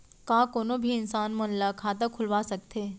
का कोनो भी इंसान मन ला खाता खुलवा सकथे?